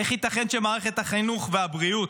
איך ייתכן שמערכת החינוך והבריאות,